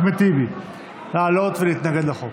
אני מזמין את חבר הכנסת אחמד טיבי לעלות ולהתנגד לחוק.